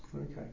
Okay